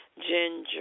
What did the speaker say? ginger